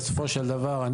בסופו של דבר,